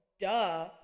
Duh